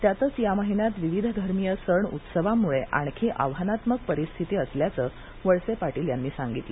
त्यातच या महिन्यात विविध धर्मीय सण उत्सवांमुळे आणखी आव्हानात्मक परिस्थिती असल्याचं वळसे पाटील यांनी सांगितलं